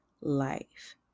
life